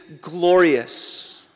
glorious